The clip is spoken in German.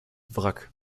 wrack